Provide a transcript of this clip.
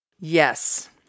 Yes